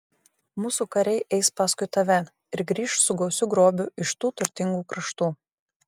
mūsų kariai eis paskui tave ir grįš su gausiu grobiu iš tų turtingų kraštų